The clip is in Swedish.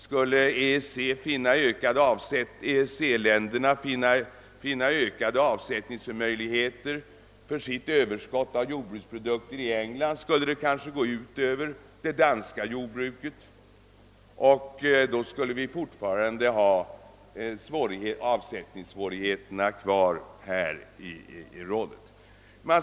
Om EEC-länderna kan finna ökade avsättningsmöjligheter för sitt överskott på jordbruksprodukter i England, så går detta kanske ut över det danska jordbruket, och då skulle vi alltjämt ha = avsättningssvårigheterna kvar här i Norden.